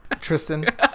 Tristan